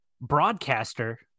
broadcaster